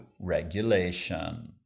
regulation